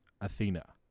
Athena